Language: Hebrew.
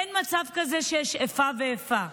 אין מצב כזה שיש איפה ואיפה.